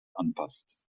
anpasst